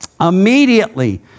immediately